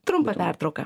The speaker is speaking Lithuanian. trumpa pertrauka